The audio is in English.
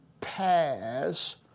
pass